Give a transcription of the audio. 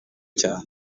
cyane